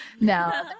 now